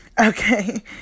Okay